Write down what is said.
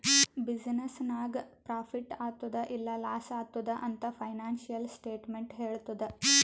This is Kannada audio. ಬಿಸಿನ್ನೆಸ್ ನಾಗ್ ಪ್ರಾಫಿಟ್ ಆತ್ತುದ್ ಇಲ್ಲಾ ಲಾಸ್ ಆತ್ತುದ್ ಅಂತ್ ಫೈನಾನ್ಸಿಯಲ್ ಸ್ಟೇಟ್ಮೆಂಟ್ ಹೆಳ್ತುದ್